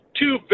two